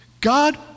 God